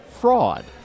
fraud